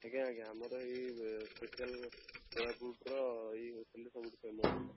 ଆଜ୍ଞା ଆଜ୍ଞା ଆମର ଏଇ ସ୍ପେସିଆଲ୍ କୋରାପୁଟର ଏଇ ହେଉଛନ୍ତି ସବୁଠୁ ଫେମସ୍ ଏଇଟା